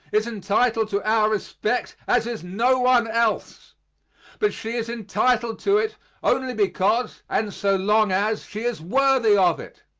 is entitled to our respect as is no one else but she is entitled to it only because, and so long as, she is worthy of it.